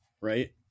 right